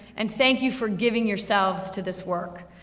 and thank you for giving yourselves to this work.